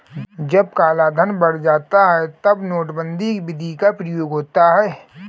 जब कालाधन बढ़ जाता है तब नोटबंदी विधि का प्रयोग होता है